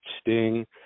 Sting